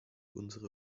unsere